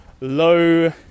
low